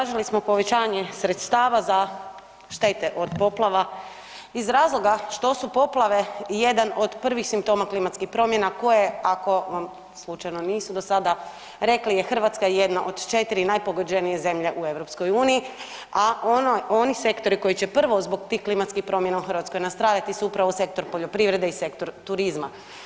Dakle tražili smo povećanje sredstava za štete od poplava iz razloga što su poplave jedan od prvih simptoma klimatskih promjena koje, ako vam slučajno nisu do sada rekli, Hrvatska je jedna od 4 najpogođenije zemlje u EU, a oni sektori koji će prvo zbog tih klimatskih promjena u Hrvatskoj nastradati su upravo sektor poljoprivrede i sektor turizma.